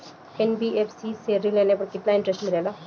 NBFC से ऋण लेने पर केतना इंटरेस्ट मिलेला?